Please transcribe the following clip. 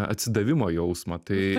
atsidavimo jausmą tai